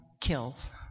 kills